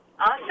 awesome